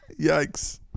Yikes